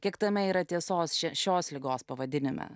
kiek tame yra tiesos ši šios ligos pavadinime